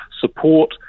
support